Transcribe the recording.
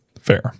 Fair